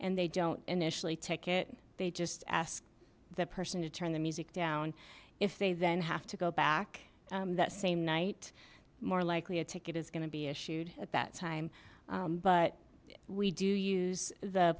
and they don't initially ticket they just ask the person to turn the music down if they then have to go back that same night more likely a ticket is going to be issued at that time but we do use the